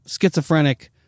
schizophrenic